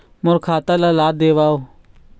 मोर खाता ला देवाव?